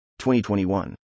2021